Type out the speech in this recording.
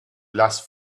last